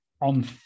on